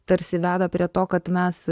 tarsi veda prie to kad mes